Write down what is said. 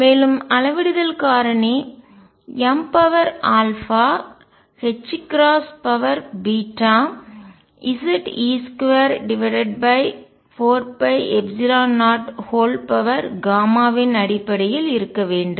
மற்றும் அளவிடுதல் காரணி mZe24π0 இன் அடிப்படையில் இருக்க வேண்டும்